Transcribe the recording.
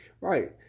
right